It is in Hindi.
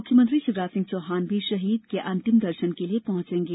मूख्यमंत्री शिवराज सिंह चौहान भी शहीद के अंतिम दर्शन के लिए पहंचेगे